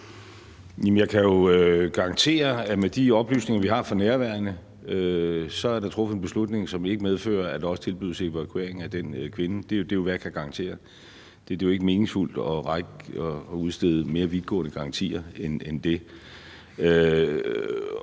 Jeg kan garantere, at med de oplysninger, vi har for nærværende, er der truffet en beslutning, som ikke medfører, at der også tilbydes evakuering af den kvinde. Det er jo, hvad jeg kan garantere. Det er jo ikke meningsfuldt at udstede mere vidtgående garantier end det.